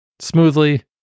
smoothly